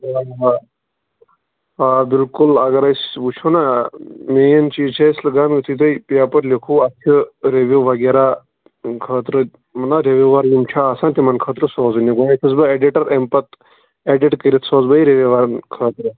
آ آ آ بِِلکُل اگر أسۍ سُہ وُچھَو نا مین چیٖز چھُ أسۍ لاگان یُتھُے تُہۍ پیپَر لیٖکھوٕ اَتھ چھُ رِوِیوٗ وَغیرَہ امہِ خٲطرٕ مَطلَب رِویٖوَر یِم چھِ آسان تِمن خٲطرٕ سوٚزٕنۍ یہِ گوٚو اتہِ نَس وۅنۍ ایڈِٹَر اَمہِ پَتہ ایڈِٹ کٔرِتھ سوزٕ بہٕ رِوِیوَرَن خٲطرٕ